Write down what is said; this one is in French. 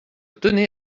tenais